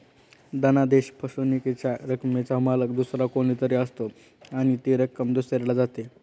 धनादेश फसवणुकीच्या रकमेचा मालक दुसरा कोणी तरी असतो आणि ती रक्कम दुसऱ्याला जाते